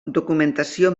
documentació